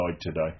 today